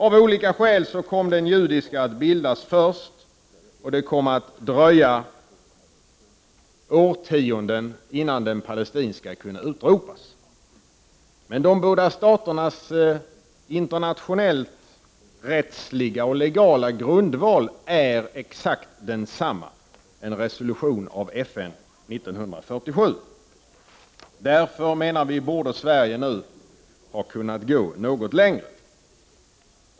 Av olika skäl kom den judiska staten att bildas först, och det dröjde årtionden innan den palestinska staten kunde utropas. Men de båda staternas internationellt rättsliga och legala grundval är exakt densamma — en resolution av FN år 1947. Därför menar vi att Sverige nu hade kunnat gå något längre.